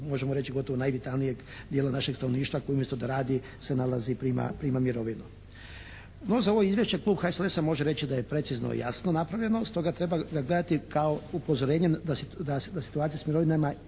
možemo reći jednog najvitalnijeg djela našeg stanovništa, koji umjesto da radi se nalazi i prima mirovinu. No za ovo izvješće klub HSLS-a može reći da je precizno i jasno napravljeno. Stoga treba ga gledati kao upozorenje da situacija s mirovinama